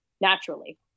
naturally